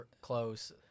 close